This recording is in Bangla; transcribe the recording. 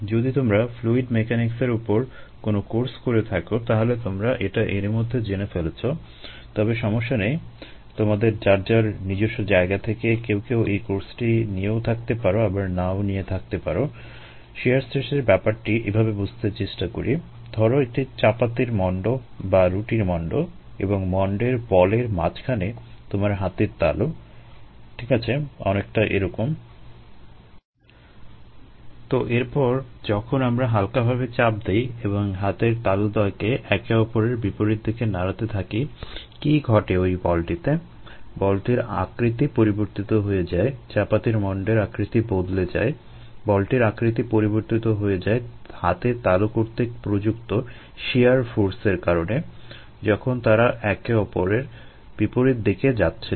যদি তোমরা ফ্লুইড মেকানিক্সের এর কারণে যখন তারা একে অপরের বিপরীত দিকে যাচ্ছিল